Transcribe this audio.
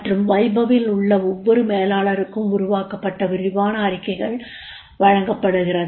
மற்றும் வைபவ் வில் உள்ள ஒவ்வொரு மேலாளருக்கும் உருவாக்கப்பட்ட விரிவான அறிக்கைகள் வழங்கப்படுகிறது